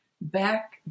back